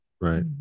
right